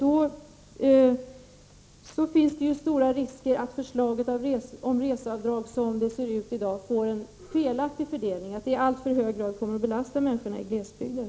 Det är emellertid stora risker för att förslaget beträffande reseavdragen som det ser ut i dag kommer att medföra en felaktig fördelning, dvs. att det i allt för hög grad kommer att belasta människorna i glesbygden.